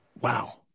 Wow